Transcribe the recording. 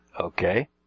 Okay